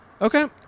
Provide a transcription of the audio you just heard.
Okay